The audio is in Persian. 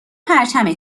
پرچم